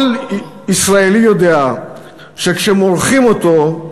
כל ישראלי יודע שכשמורחים אותו,